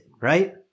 right